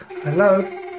Hello